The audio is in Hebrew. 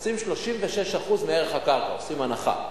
רוצים 36% מערך הקרקע, עושים הנחה.